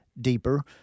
deeper